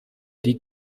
die